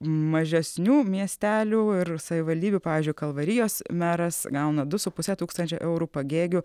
mažesnių miestelių ir savivaldybių pavyzdžiui kalvarijos meras gauna du su puse tūkstančio eurų pagėgių